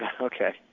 Okay